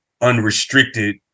unrestricted